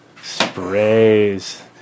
Sprays